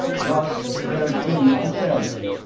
thus they're doomed to failure.